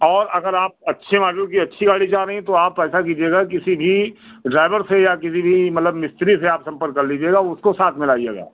और अगर आप अच्छे माडल की अच्छी गाड़ी चाह रहीं हैं तो आप ऐसा कीजिएगा किसी भी ड्राइवर से या किसी भी मतलब मिस्त्री से आप सम्पर्क कर लीजिएगा उसको साथ में लाइएगा